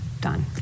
done